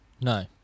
No